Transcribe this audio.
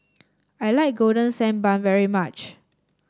I like Golden Sand Bun very much